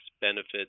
benefits